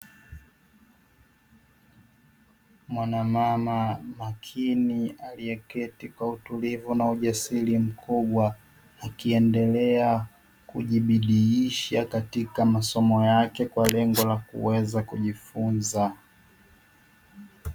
Mwanamama makini aliyeketi kwa utulivu na ujasiri mkubwa akiendelea kujibidiisha katika masomo yake kwa lengo la kuweza kujifunza.